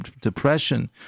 depression